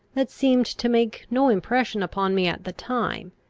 that seemed to make no impression upon me at the time,